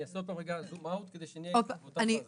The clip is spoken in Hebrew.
אני אעשה עוד פעם zoom out כדי שנהיה באותה פאזה.